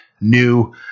new